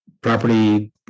property